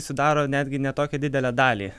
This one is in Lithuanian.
sudaro netgi ne tokią didelę dalį